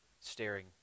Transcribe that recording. staring